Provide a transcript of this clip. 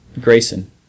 Grayson